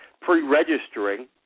pre-registering